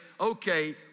Okay